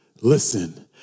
Listen